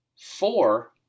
Four